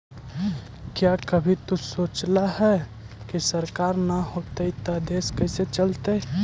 क्या कभी तु सोचला है, की सरकार ना होतई ता देश कैसे चलतइ